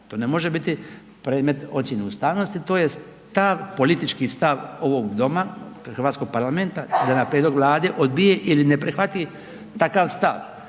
to ne može biti predmet ocijene ustavnosti to je stav, politički stav ovog doma, hrvatskog parlamenta da na prijedlog Vlade odbije ili ne prihvati takav stav,